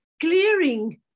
clearing